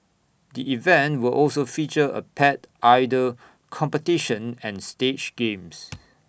the event will also feature A pet idol competition and stage games